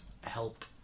help